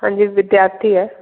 हाँ जी विद्यार्थी है